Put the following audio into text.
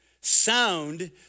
Sound